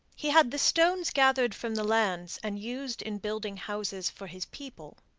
he had the stones gathered from the lands and used in building houses for his people.